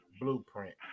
Blueprint